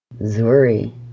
Zuri